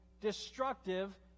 destructive